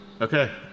Okay